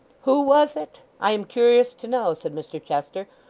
who was it? i am curious to know said mr chester,